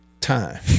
time